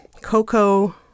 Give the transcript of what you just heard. cocoa